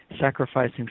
sacrificing